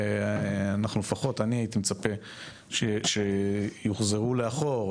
אני הייתי מצפה שיוחזרו לאחור,